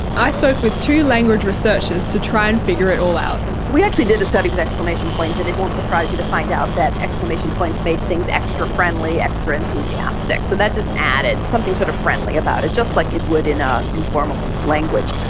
i spoke with two language researchers to try and figure it all out. we actually did a study with exclamation points and it won't surprise you to find out that exclamation points made things extra friendly, extra enthusiastic, so that just added something sort of friendly about it, just like it would in our informal language.